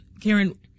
Karen